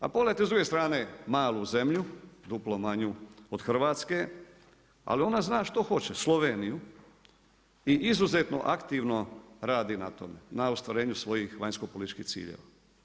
A pogledajte s druge strane malu zemlju, duplo manju od Hrvatske, ali ona zna što hoće, Sloveniju i izuzetno aktivno radi na tome na ostvarenju svojih vanjskopolitičkih ciljeva.